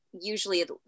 usually